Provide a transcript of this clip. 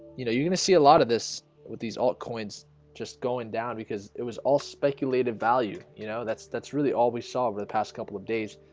you know you're gonna see a lot of this with these altcoins just going down because it was all speculative value you know that's that's really all we saw over the past couple of days